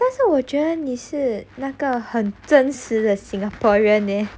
但是我觉得你是那个很真实的 singaporean eh